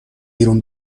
بیرون